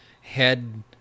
head